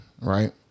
right